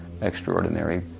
extraordinary